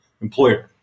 employer